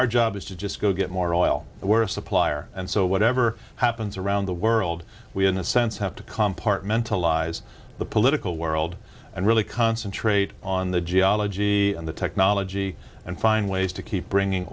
our job is just go get more oil and we're a supplier and so whatever happens around the world we are in a sense have to compartmentalize the political world and really concentrate on the geology and the technology and find ways to keep bringing